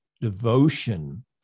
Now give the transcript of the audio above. devotion